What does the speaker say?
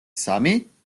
სამი